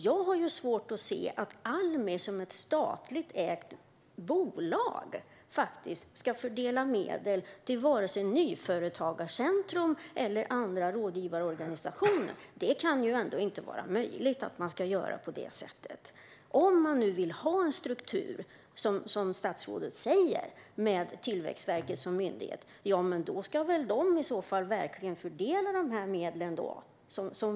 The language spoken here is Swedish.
Jag har svårt att se att Almi, som är ett statligt ägt bolag, ska fördela medel till vare sig Nyföretagarcentrum eller andra rådgivarorganisationer. Det kan ändå inte vara möjligt att man ska göra på det sättet. Om man nu vill ha en struktur, som statsrådet säger, med Tillväxtverket som myndighet ska väl de i så fall verkligen fördela medlen.